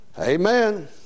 Amen